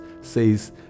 says